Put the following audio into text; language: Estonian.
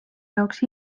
jaoks